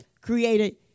created